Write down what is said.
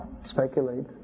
speculate